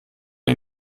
ihr